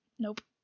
Nope